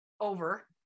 over